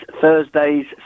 Thursdays